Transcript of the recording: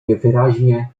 niewyraźnie